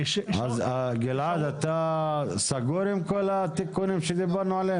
גלעד, אתה סגור עם כל התיקונים עליהם דיברנו?